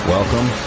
Welcome